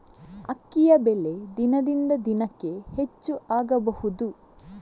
ಅಕ್ಕಿಯ ಬೆಲೆ ದಿನದಿಂದ ದಿನಕೆ ಹೆಚ್ಚು ಆಗಬಹುದು?